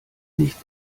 nicht